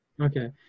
Okay